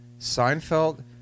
Seinfeld